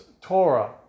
Torah